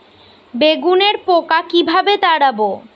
বেগুনের পোকা কিভাবে তাড়াব?